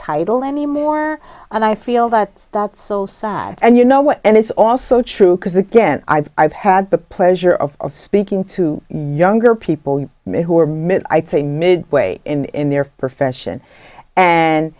title anymore and i feel that that's so sad and you know what and it's also true because again i've i've had the pleasure of speaking to younger people who are mit i'd say mid way in their profession and